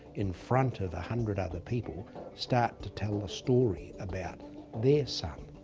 in front of a hundred other people start to tell the story about their son,